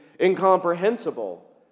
incomprehensible